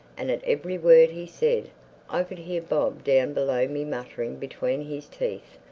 and at every word he said i could hear bob down below me muttering between his teeth,